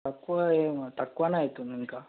తక్కువో ఏమో తక్కువనే అవుతుంది ఇంకా